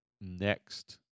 next